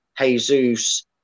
Jesus